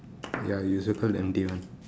ya you circle the empty one